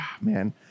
man